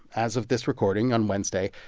as of this recording on wednesday,